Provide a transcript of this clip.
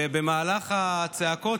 ובמהלך הצעקות,